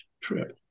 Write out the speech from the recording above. trip